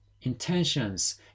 intentions